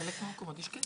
בחלק מהמקומות יש כסף.